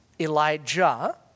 Elijah